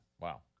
Wow